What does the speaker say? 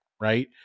right